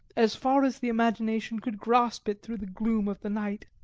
as far as the imagination could grasp it through the gloom of the night.